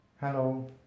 Hello